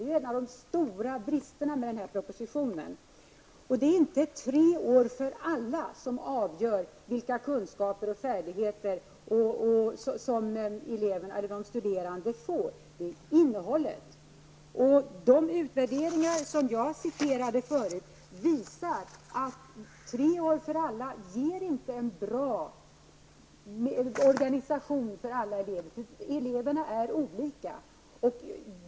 Det är en av de stora bristerna med propositionen. Det är inte det faktum att alla linjer blir treåriga som avgör vilka kunskaper och färdigheter de studerande får -- det är innehållet. De utvärderingar som jag citerade förut visar att treåriga utbildningar för alla inte ger en bra organisation. Eleverna är olika.